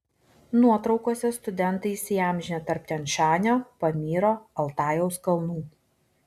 nuotraukose studentai įsiamžinę tarp tian šanio pamyro altajaus kalnų